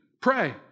pray